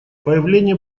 появление